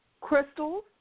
crystals